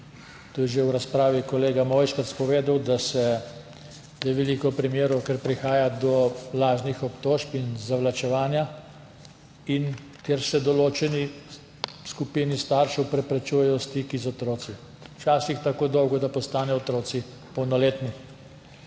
je že v razpravi povedal, da je veliko primerov, kjer prihaja do lažnih obtožb in zavlačevanja in kjer se določeni skupini staršev preprečujejo stiki z otroki, včasih tako dolgo, da postanejo otroci polnoletni.